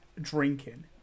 drinking